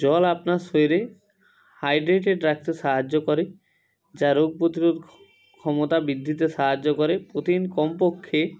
জল আপনার শরীরে হাইড্রেটেড রাখতে সাহায্য করে যা রোগ প্রতিরোধ ক্ষমতা বৃদ্ধিতে সাহায্য করে প্রতিদিন কমপক্ষে